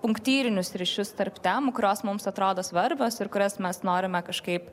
punktyrinius ryšius tarp temų kurios mums atrodo svarbios ir kurias mes norime kažkaip